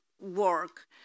work